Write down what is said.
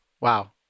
Wow